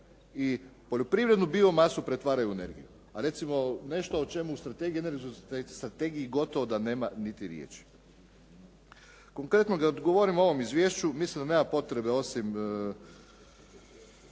i poljoprivrednu bio masu pretvaraju u energiju. A recimo, nešto o čemu u energetskoj strategiji gotovo da nema niti riječi. Konkretno, kad govorim o ovom izvješću mislim da nema potrebe osim